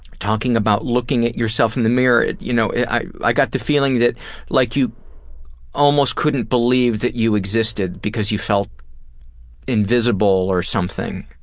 talking about looking at yourself in the mirror. you know i i got the feeling that like you almost couldn't believe that you existed because you felt invisible or something.